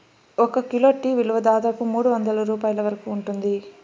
ఒక kilo tea విలువ దాదాపు మూడువందల రూపాయల వరకు ఉంటుంది